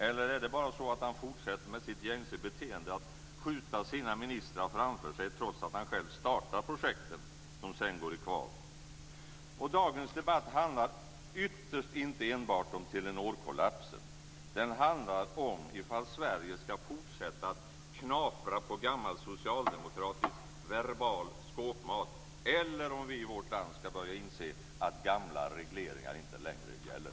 Eller är det så att han fortsätter med sitt gängse beteende att skjuta sina ministrar framför sig, trots att han själv startar de projekt som sedan går i kvav? Dagens debatt handlar ytterst inte enbart om Telenorkollapsen. Den handlar om huruvida Sverige ska fortsätta att knapra på gammal socialdemokratisk verbal skåpmat eller om vi i vårt land ska börja inse att gamla regleringar inte längre gäller.